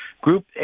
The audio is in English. Group